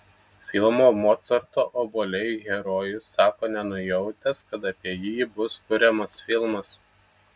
filmo mocarto obuoliai herojus sako nenujautęs kad apie jį bus kuriamas filmas